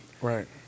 Right